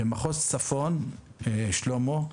במחוז צפון, שלמה,